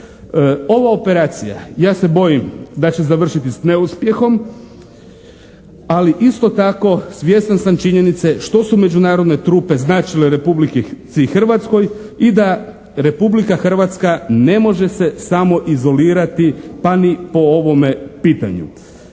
Ova operacija, ja se bojim da će završiti s neuspjehom, ali isto tako svjestan sam činjenice što su međunarodne trupe značile Republici Hrvatskoj i da Republika Hrvatska ne može se samo izolirati pa ni po ovome pitanju.